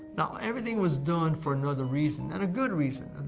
now everything was done for another reason and a good reason, and